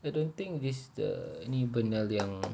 I don't think this the ini vinyl yang